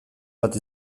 bat